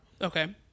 okay